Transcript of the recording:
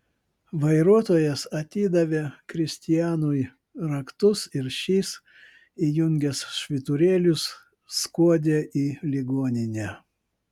vairuotojas atidavė kristianui raktus ir šis įjungęs švyturėlius skuodė į ligoninę